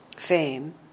fame